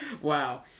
Wow